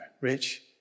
Rich